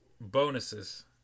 bonuses